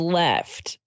left